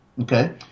Okay